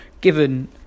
given